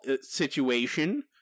situation